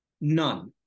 None